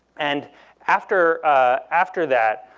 and after after that,